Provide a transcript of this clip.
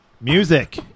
music